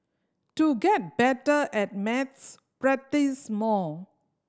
to get better at maths practise more